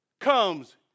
comes